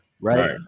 Right